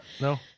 no